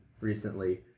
recently